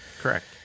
correct